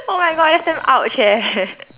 oh my god that's damn !ouch! eh